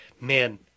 man